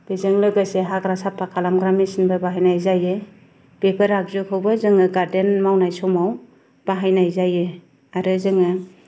बेजों लोगोसे हाग्रा साफा खालामग्रा मेशिनबो बाहायनाय जायो बेफोर आगजुखौबो जोङो गार्देन मावनाय समाव बाहायनाय जायो आरो जोङो